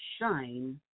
shine